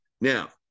now